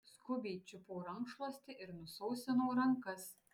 skubiai čiupau rankšluostį ir nusausinau rankas